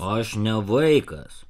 aš ne vaikas